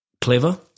clever